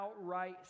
outright